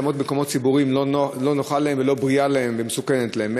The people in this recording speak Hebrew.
לעמוד במקומות ציבוריים לא נוח להם ולא בריא להם ומסוכן להם.